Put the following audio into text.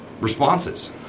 responses